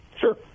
Sure